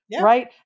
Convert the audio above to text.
right